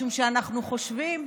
משום שאנחנו חושבים,